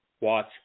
watch